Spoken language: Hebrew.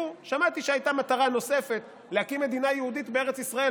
שמעתי שהייתה מטרה נוספת בהקמת מדינה יהודית בארץ ישראל,